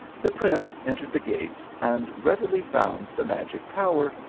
the prince entered the gate and readily found the magic tower,